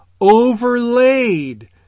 overlaid